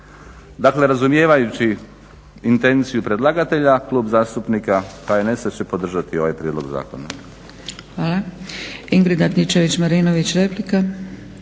Dakle razumijevajući intenciju predlagatelja, Klub zastupnika HNS-a će podržati ovaj prijedlog zakona. **Zgrebec, Dragica (SDP)** Hvala. Ingrid Antičević-Marinović, replika.